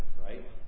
right